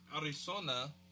Arizona